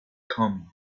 coming